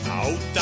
out